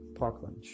parkland